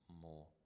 more